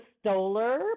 Stoller